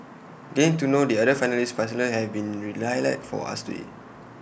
getting to know the other finalists personally have been relight light for us today